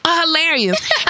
hilarious